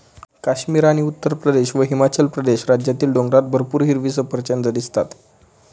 काश्मीर आणि उत्तरप्रदेश व हिमाचल प्रदेश राज्यातील डोंगरात भरपूर हिरवी सफरचंदं दिसतात